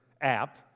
app